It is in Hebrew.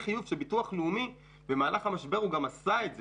הביטוח הלאומי עשה את זה במהלך המשבר גם עשה את זה.